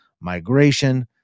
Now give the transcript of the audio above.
migration